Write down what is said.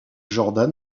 jordan